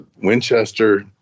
Winchester